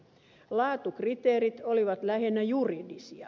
laatukriteerit olivat lähinnä juridisia